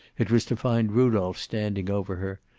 it was to find rudolph standing over her,